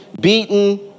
beaten